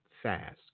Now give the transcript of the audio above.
fast